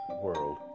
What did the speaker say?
world